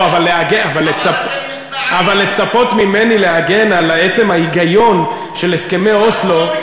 אבל לצפות ממני להגן על עצם ההיגיון של הסכמי אוסלו,